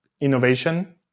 innovation